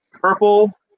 purple